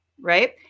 right